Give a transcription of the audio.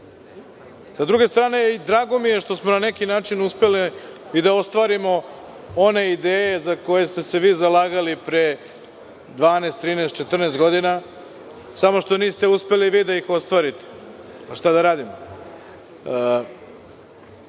druge strane, drago mi je što smo na neki način uspeli da ostvarimo one ideje za koje ste se vi zalagali pre 12, 13, 14 godina, samo što niste uspeli vi da ih ostvarite. Šta da radimo?